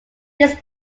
this